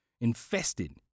infested